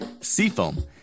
Seafoam